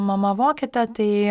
mama vokietė tai